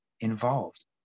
involved